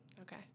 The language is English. Okay